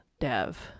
Dev